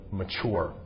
mature